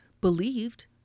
believed